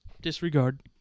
Disregard